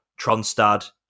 Tronstad